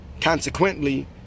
Consequently